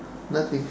nothing